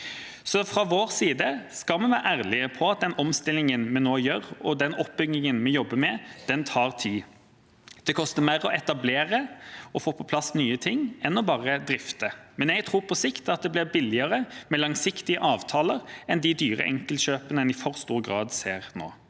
Fra vår side skal vi være ærlige på at den omstillingen vi nå gjør, og den oppbyggingen vi jobber med, tar tid. Det koster mer å etablere og få på plass nye ting enn bare å drifte, men jeg tror på sikt at det blir billigere med langsiktige avtaler enn med de dyre enkeltkjøpene vi i for stor grad ser nå.